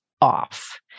off